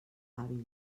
hàbils